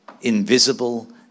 invisible